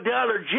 Dollar